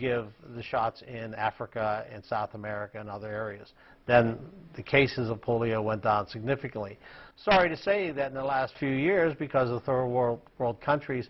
give the shots in africa and south america and other areas then the cases of polio went down significantly so sorry to say that in the last few years because the third world countries